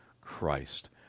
Christ